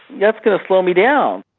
that's going to slow me down.